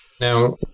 now